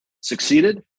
succeeded